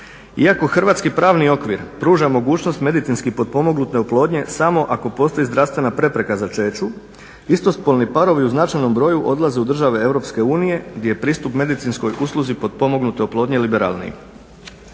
Iako hrvatski pravni okvir pruža mogućnost medicinski potpomognute oplodnje samo ako postoji zdravstvena prepreka začeću, istospolni parovi u značajnom broju odlaze u države EU gdje je pristup medicinskoj usluzi potpomognute oplodnje liberalniji.